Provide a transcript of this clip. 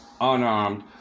unarmed